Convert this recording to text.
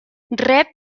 rep